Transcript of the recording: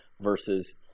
versus